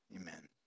Amen